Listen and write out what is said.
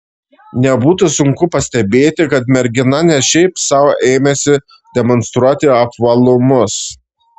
nebūtų sunku pastebėti kad mergina ne šiaip sau ėmėsi demonstruoti apvalumus